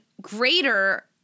greater